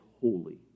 holy